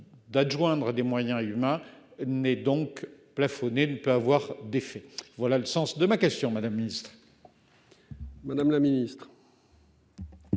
d'adjoindre des moyens humains n'est donc plafonné ne peut avoir d'effet. Voilà le sens de ma question, madame le Ministre.